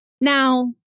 now